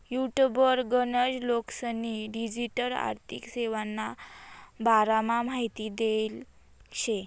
युटुबवर गनच लोकेस्नी डिजीटल आर्थिक सेवाना बारामा माहिती देल शे